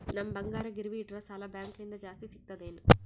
ನಮ್ ಬಂಗಾರ ಗಿರವಿ ಇಟ್ಟರ ಸಾಲ ಬ್ಯಾಂಕ ಲಿಂದ ಜಾಸ್ತಿ ಸಿಗ್ತದಾ ಏನ್?